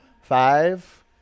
five